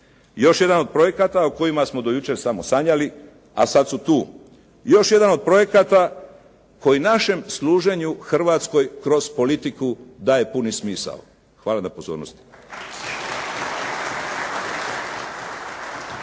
još jedan od projekata o kojima smo do jučer samo sanjali, a sad su tu. Još jedan od projekata koji našem služenju Hrvatskoj kroz politiku daje puni smisao. Hvala na pozornosti.